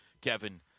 Kevin